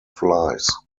flies